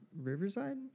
Riverside